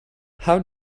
how